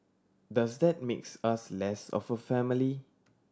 does that makes us less of a family